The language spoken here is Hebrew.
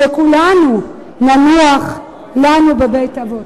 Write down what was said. שכשכולנו ננוח לנו בבית-אבות.